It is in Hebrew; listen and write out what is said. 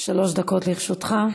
שלוש דקות לרשותך.